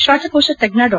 ಶ್ವಾಸಕೋಶ ತಜ್ಜ ಡಾ